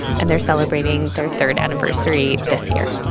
and they're celebrating their third anniversary this year